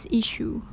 issue